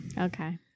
okay